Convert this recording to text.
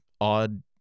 odd